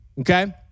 okay